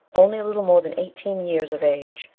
only a little more than eighteen years of age,